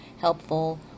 helpful